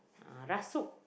uh rasuk